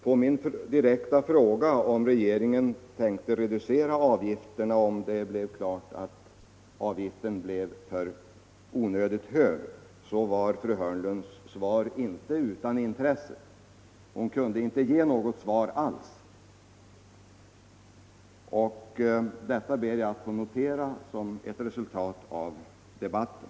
På min direkta fråga om regeringen tänkte reducera avgiften, för den händelse avgiften blev onödigt hög, var fru Hörnlunds svar inte utan intresse. Hon kunde inte ge något svar alls. Detta ber jag få notera såsom ett resultat av debatten.